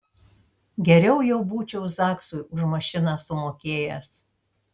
geriau jau būčiau zaksui už mašiną sumokėjęs